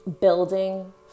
building